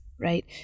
right